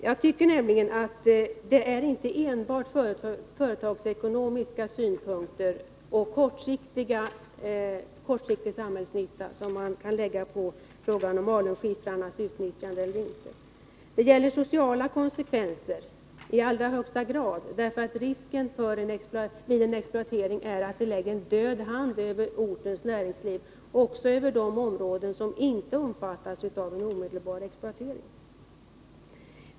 Jag tycker nämligen att det inte enbart är företagsekonomiska synpunkter och kortsiktig samhällsnytta som man bör ta hänsyn till beträffande frågan om alunskiffrarna skall utnyttjas eller inte. Det gäller också i allra högsta grad sociala konsekvenser. Risken vid en exploatering är att den lägger sin döda hand över ortens näringsliv också i områden som inte omfattas av omedelbar exploatering.